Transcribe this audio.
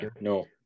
no